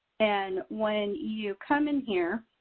and when you come in here,